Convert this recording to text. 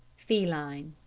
feline.